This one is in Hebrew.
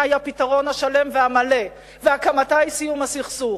היא הפתרון השלם והמלא והקמתה היא סיום הסכסוך,